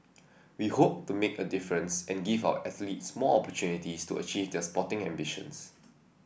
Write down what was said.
we hope to make a difference and give our athletes more opportunities to achieve the sporting ambitions